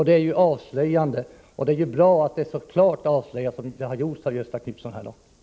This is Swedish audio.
Det är avslöjande, och det är bra att det så klart avslöjas som det har gjorts av Göthe Knutson här i dag.